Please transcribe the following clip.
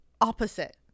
opposite